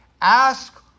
Ask